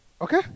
Okay